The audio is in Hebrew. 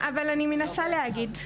אני מנסה להגיד.